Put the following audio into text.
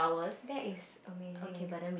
that is amazing